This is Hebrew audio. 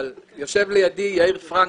יושב לידי יאיר פראנק,